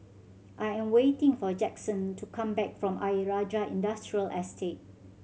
I am waiting for Jaxon to come back from Ayer Rajah Industrial Estate